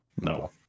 No